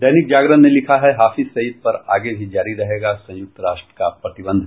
दैनिक जागरण ने लिखा है हाफिज सईद पर आगे भी जारी रहेगा संयुक्त राष्ट्र का प्रतिबंध